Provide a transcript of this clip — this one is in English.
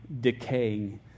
decaying